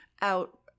out